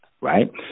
right